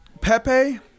Pepe